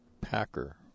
packer